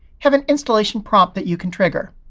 have an installation prompt that you can trigger.